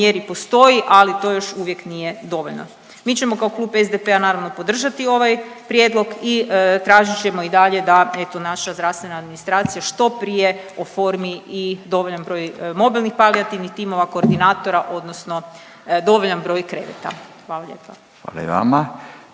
mjeri postoji, ali to još uvijek nije dovoljno. Mi ćemo kao Klub SDP-a naravno podržati ovaj prijedlog i tražit ćemo i dalje da eto naša zdravstvena administracija što prije oformi i dovoljan broj mobilnih palijativnih timova, koordinatora odnosno dovoljan broj kreveta, hvala lijepa.